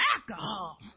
alcohol